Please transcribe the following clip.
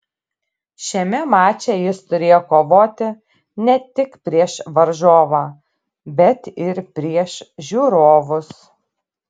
šiame mače jis turėjo kovoti ne tik prieš varžovą bet ir prieš žiūrovus